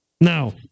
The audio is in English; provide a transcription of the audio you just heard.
Now